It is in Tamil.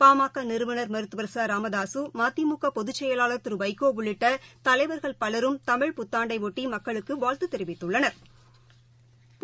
பாமகநிறுவனர் மருத்துவர் ச ராமதாசு மதிமுகபொதுச்செயலாளர் திருவைகோஉள்ளிட்டதலைவர்கள் பலரும் தமிழ் புத்தாண்டையொட்டமக்களுக்குவாழ்த்துதெரிவித்துள்ளனா்